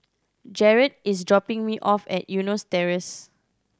Jarred is dropping me off at Eunos Terrace